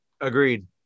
Agreed